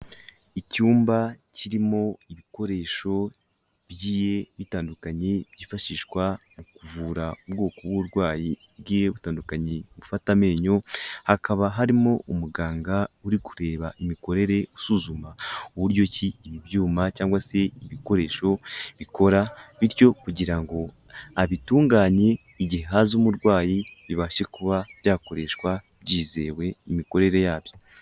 Icyumba kirimo ibikoresho bigiye bitandukanye, byifashishwa mu kuvura ubwoko bw'uburwayi bugiye butandukanye bufata amenyo, hakaba harimo umuganga uri kureba imikorere, usuzuma uburyo ki ibyuma cyangwa se ibikoresho bikora, bityo kugira ngo abitunganye, igihe haza umurwayi bibashe kuba byakoreshwa, byizewe imikorere yabyo.